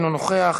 אינו נוכח,